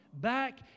back